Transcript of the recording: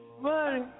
Money